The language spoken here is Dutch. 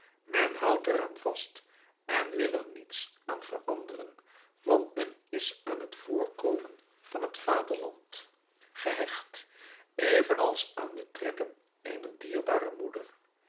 men houdt er aan vast en wil er niets aan veranderen want men is aan het voorkomen van het vaderland gehecht evenals aan de trekken eener dierbare moeder